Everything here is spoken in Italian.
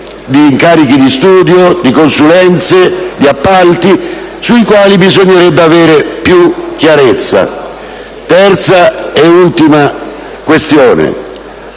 terza ed ultima questione